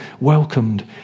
welcomed